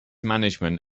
management